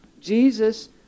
Jesus